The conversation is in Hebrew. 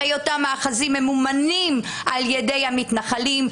הרי אותם מאחזים ממומנים על ידי המתנחלים,